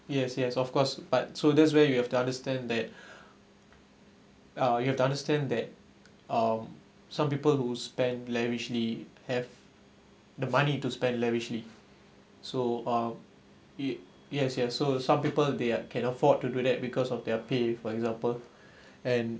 yes yes of course but so that's where you have to understand that uh you have to understand that um some people who spend lavishly have the money to spend lavishly so uh it yes yes so some people they're can afford to do that because of their pay for example and